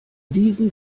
diesen